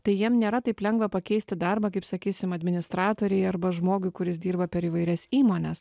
tai jiem nėra taip lengva pakeisti darbą kaip sakysim administratorei arba žmogui kuris dirba per įvairias įmones